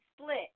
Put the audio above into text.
split